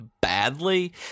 badly